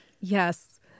Yes